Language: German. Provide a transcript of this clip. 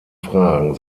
fragen